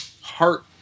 heart